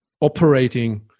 operating